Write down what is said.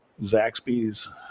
Zaxby's